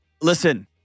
listen